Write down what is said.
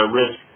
risk